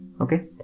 Okay